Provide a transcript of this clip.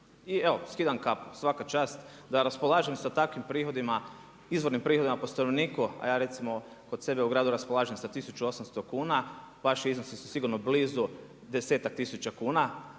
I evo skidam kapu, svaka čast. Da raspolažem sa takvim prihodima, izvornim prihodima po stanovniku, a ja recimo kod sebe u gradu raspolažem sa 1800 kuna, vaši iznosi su sigurno blizu 10-ak tisuća kuna,